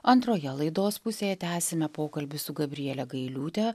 antroje laidos pusėje tęsime pokalbį su gabriele gailiūte